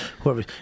whoever